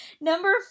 Number